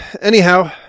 anyhow